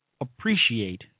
appreciate